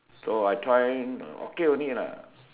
so I try okay only lah